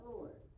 Lord